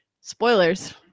spoilers